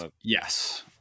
Yes